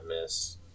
miss